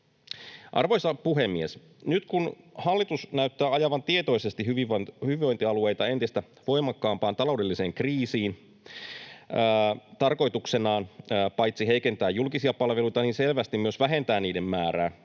Arvoisa puhemies! Nyt kun hallitus näyttää ajavan tietoisesti hyvinvointialueita entistä voimakkaampaan taloudelliseen kriisiin tarkoituksenaan paitsi heikentää julkisia palveluita myös selvästi vähentää niiden määrää,